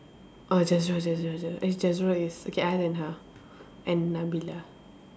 orh Jazrael Jazrael Jaz~ eh Jazrael yes okay other than her and Nabilah